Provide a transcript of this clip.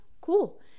cool